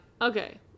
Okay